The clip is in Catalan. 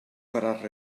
faràs